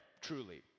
truly